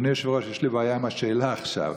אדוני היושב-ראש, יש לי בעיה עם השאלה עכשיו.